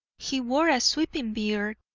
he wore a sweeping beard,